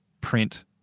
print